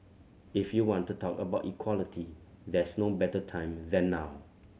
if you want to talk about equality there's no better time than now